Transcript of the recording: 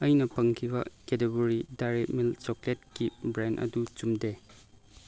ꯑꯩꯅ ꯐꯪꯈꯤꯕ category dairy milk ꯆꯣꯀ꯭ꯂꯦꯠꯀꯤ ꯕ꯭ꯔꯥꯟ ꯑꯗꯨ ꯆꯨꯝꯗꯦ